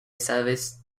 service